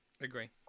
Agree